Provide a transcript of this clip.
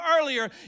earlier